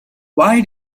why